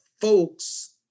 folks